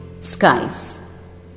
skies